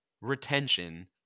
retention